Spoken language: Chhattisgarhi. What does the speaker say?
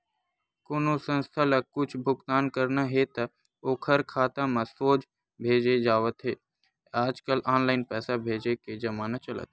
कोनो संस्था ल कुछ भुगतान करना हे त ओखर खाता म सोझ भेजे जावत हे आजकल ऑनलाईन पइसा भेजे के जमाना चलत हे